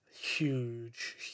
Huge